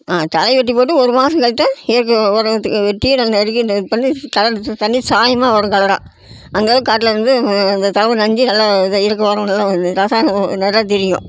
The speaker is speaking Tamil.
தழையை வெட்டிப் போட்டு ஒரு மாசம் கழிச்சு தான் இயற்கை ஒ உரத்த வெட்டி நாங்கள் அதுவரைக்கு இது பண்ணி கலந்து த தண்ணி சாயமாக வரும் கலராக அங்கங்கே காட்டில் வந்து இந்த தடவை நஞ்சு நல்லா தெரியும்